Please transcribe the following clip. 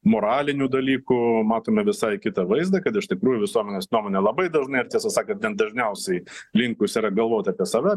moralinių dalykų matome visai kitą vaizdą kad iš tikrųjų visuomenės nuomonė labai dažnai ir tiesą sakant net dažniausiai linkus yra galvot apie save